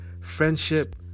friendship